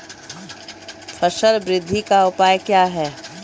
फसल बृद्धि का उपाय क्या हैं?